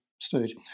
stage